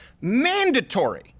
mandatory